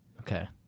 Okay